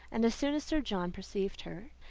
and as soon as sir john perceived her,